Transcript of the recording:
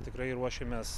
tikrai ruošiamės